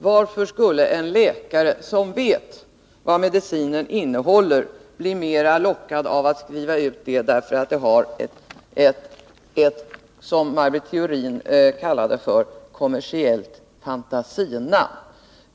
Varför skulle en läkare som vet vad en medicin innehåller bli mer lockad att skriva ut den om den har ett kommersiellt fantasinamn, som Maj Britt Theorin kallade det.